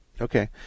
okay